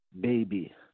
baby